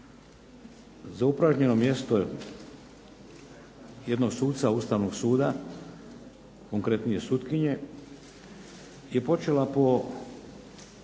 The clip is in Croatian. za upražnjeno mjesto jednog suca Ustavnog suda, konkretnije sutkinje je počela po